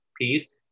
peace